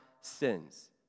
sins